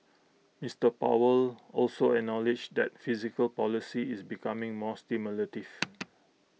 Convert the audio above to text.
Mister powell also acknowledged that fiscal policy is becoming more stimulative